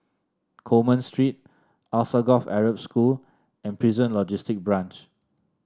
Coleman Street Alsagoff Arab School and Prison Logistic Branch